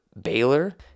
Baylor